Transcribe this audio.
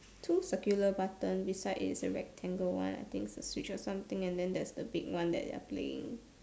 two circular button beside it is a rectangle one I think it's a Switch or something and then there's the big one that they are playing